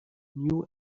new